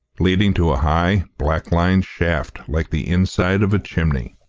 leading to a high, black-lined shaft like the inside of a chimney,